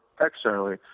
externally